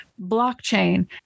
blockchain